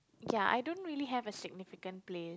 ya I don't really have a significant place